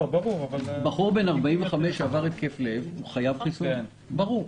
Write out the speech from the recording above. בחור בן 45 שעבר התקף לב חייב חיסון, ברור.